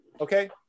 okay